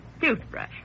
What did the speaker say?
toothbrush